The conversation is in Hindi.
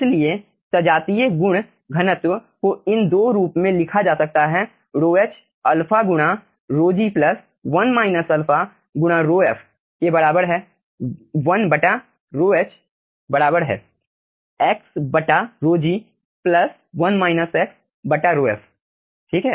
इसलिए सजातीय गुण घनत्व को इन 2 रूप में लिखा जा सकता है ρh α गुणा ρg प्लस 1 α गुणा ρf के बराबर है 1ρh बराबर है xρg प्लस बटा ρf ठीक है